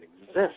exist